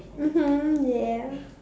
mmhmm yeah